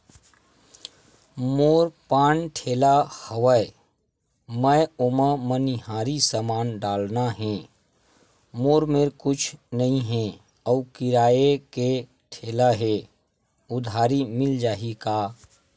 मोर पान ठेला हवय मैं ओमा मनिहारी समान डालना हे मोर मेर कुछ नई हे आऊ किराए के ठेला हे उधारी मिल जहीं का?